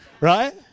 Right